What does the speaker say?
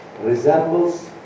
resembles